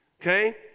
okay